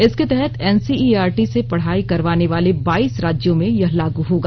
इसके तहत एनसीआरटी से पढाई करवाने वाले बाईस राज्यों में यह लागू होगा